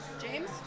James